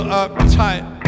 uptight